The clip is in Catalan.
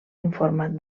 informat